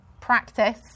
Practice